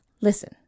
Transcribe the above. listen